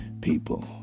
people